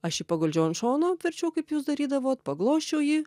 aš jį paguldžiau ant šono apverčiau kaip jūs darydavot paglosčiau jį